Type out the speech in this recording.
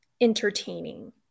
entertaining